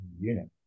unit